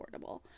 affordable